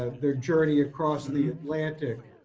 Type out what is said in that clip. ah their journey across the atlantic.